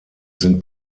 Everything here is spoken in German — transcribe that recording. sind